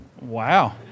Wow